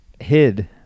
hid